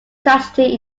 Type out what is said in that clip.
strategy